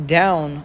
down